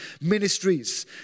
ministries